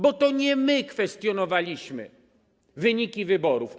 Bo to nie my kwestionowaliśmy wyniki wyborów.